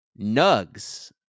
Nugs